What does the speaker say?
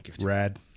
Rad